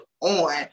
on